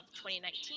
2019